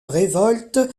révolte